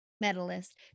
Medalist